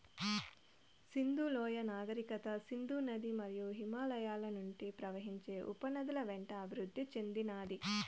సింధు లోయ నాగరికత సింధు నది మరియు హిమాలయాల నుండి ప్రవహించే ఉపనదుల వెంట అభివృద్ది చెందినాది